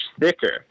thicker